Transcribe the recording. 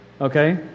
Okay